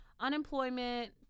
Unemployment